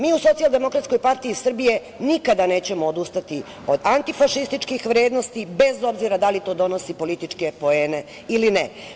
Mi u Socijaldemokratskoj partiji Srbije nikada nećemo odustati od antifašističkih vrednosti, bez obzira da li to donosi političke poene ili ne.